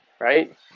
right